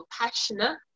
passionate